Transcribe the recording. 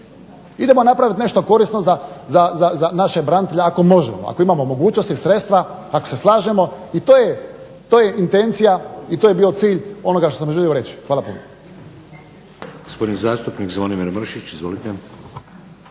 Idemo napraviti nešto korisno za naše branitelje ako možemo, ako imamo mogućnosti, sredstva, ako se slažemo i to je intencija i to je bio cilj onoga što sam želio reći. Hvala puno.